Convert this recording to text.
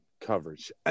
coverage